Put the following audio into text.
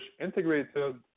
integrated